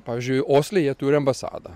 pavyzdžiui osle jie turi ambasadą